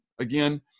again